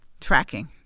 tracking